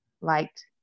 liked